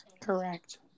correct